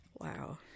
wow